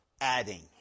adding